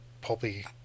pulpy